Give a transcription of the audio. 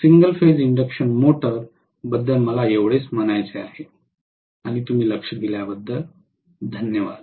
single phase induction motor बद्दल मला एवढेच म्हणायचे आहे आणि तुम्ही लक्ष दिल्याबद्दल धन्यवाद